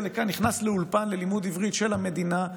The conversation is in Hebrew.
לכאן ונכנס לאולפן ללימוד עברית של המדינה,